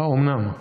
האומנם?